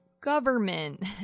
government